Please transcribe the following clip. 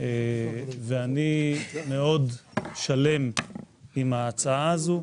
ואני מאוד שלם עם ההצעה הזאת.